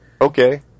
Okay